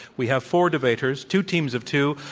we have four debaters, two teams of two,